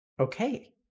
Okay